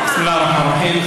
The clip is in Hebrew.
צריכים, בסם אללה א-רחמאן א-רחים.